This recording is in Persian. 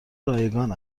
رایگان